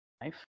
life